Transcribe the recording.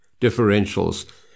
differentials